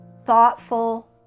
thoughtful